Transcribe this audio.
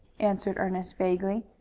answered ernest vaguely.